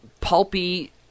pulpy